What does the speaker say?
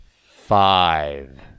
five